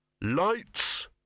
Lights